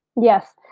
Yes